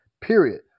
Period